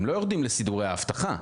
הם לא יורדים לסידורי האבטחה.